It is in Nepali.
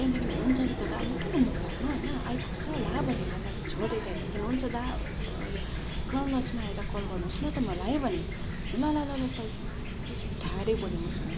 त्यहाँदेखि हुन्छ नि दादा किन मुख लाग्नु होइन आइपुग्छ होला भनेर म छोडे त्यहाँदेखि हो हुन्छ दा क्राउन लजमा आएर कल गर्नुहोस् न त मलाई भने ल ल ल ल टाइफ त्यस्तो ठाडै बोल्यो मसँग